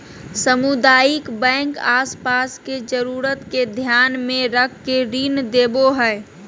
सामुदायिक बैंक आस पास के जरूरत के ध्यान मे रख के ऋण देवो हय